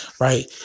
Right